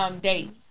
dates